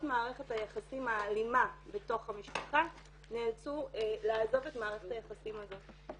מערכת היחסים האלימה בתוך המשפחה נאלצו לעזוב את מערכת היחסים הזאת.